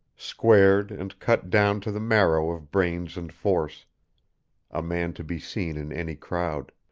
squared and cut down to the marrow of brains and force a man to be seen in any crowd.